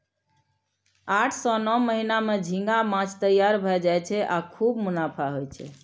आठ सं नौ महीना मे झींगा माछ तैयार भए जाय छै आ खूब मुनाफा होइ छै